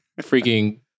freaking